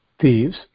thieves